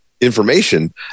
information